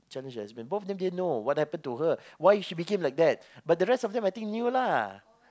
Chinese lesbian both of them didn't know what happen to her why she became like that but the rest of them knew lah